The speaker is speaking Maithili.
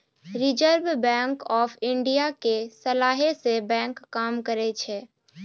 रिजर्व बैंक आफ इन्डिया के सलाहे से बैंक काम करै छै